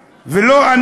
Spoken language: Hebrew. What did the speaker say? ולא,